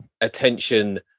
attention